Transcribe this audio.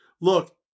Look